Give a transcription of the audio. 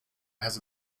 has